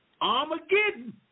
Armageddon